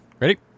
Ready